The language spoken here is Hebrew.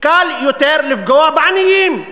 קל יותר לפגוע בעניים.